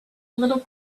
little